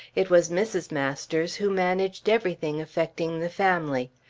it was mrs. masters who managed everything affecting the family.